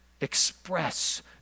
Express